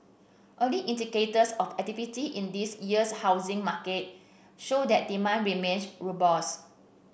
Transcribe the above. early indicators of activity in this year's housing market show that demand remains robust